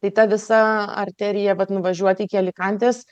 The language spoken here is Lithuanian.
tai ta visa arterija bet nuvažiuoti iki alikantės